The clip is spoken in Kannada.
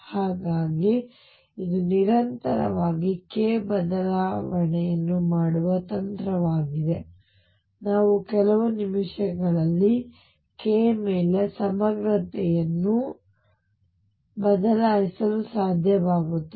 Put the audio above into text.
ಹಾಗಾಗಿ ಇದು ನಿರಂತರವಾಗಿ k ಬದಲಾವಣೆಯನ್ನು ಮಾಡುವ ತಂತ್ರವಾಗಿದೆ ನಾನು ಕೆಲವು ನಿಮಿಷಗಳಲ್ಲಿ k ಮೇಲೆ ಸಮಗ್ರತೆಯನ್ನು k ಮೇಲೆ ಸಮಗ್ರವಾಗಿ ಬದಲಾಯಿಸಲು ಸಾಧ್ಯವಾಗುತ್ತದೆ